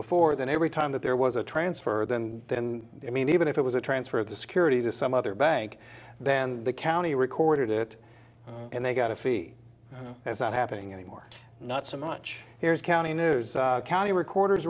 before then every time that there was a transfer then then i mean even if it was a transfer of the security to some other bank then the county recorded it and they got a fee as not happening anymore not so much here is county news county recorder